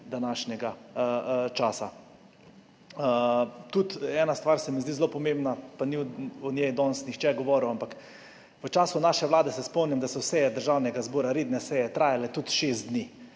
današnjega časa. Tudi ena stvar se mi zdi zelo pomembna, pa ni o njej danes nihče govoril, ampak v času naše vlade se spomnim, da so redne seje Državnega zbora trajale tudi do šest dni,